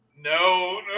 no